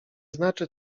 znaczy